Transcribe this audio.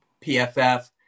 PFF